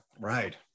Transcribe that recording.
right